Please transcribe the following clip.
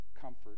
comfort